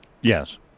Yes